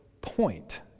point